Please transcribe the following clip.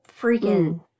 freaking